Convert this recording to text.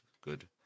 good